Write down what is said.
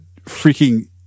freaking